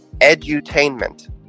edutainment